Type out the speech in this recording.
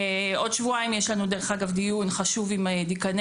עוד שבועיים יש לנו דיון חשוב עם דיקני